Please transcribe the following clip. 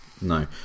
No